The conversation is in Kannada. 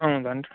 ಹೌದೇನ್ರೀ